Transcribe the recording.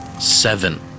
Seven